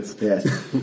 Yes